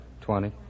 Twenty